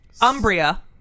umbria